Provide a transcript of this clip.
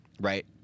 Right